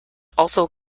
also